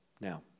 Now